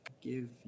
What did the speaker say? give